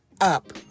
up